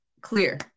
clear